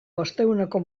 bostehuneko